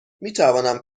میتوانم